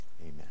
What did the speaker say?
amen